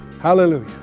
Hallelujah